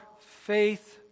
faith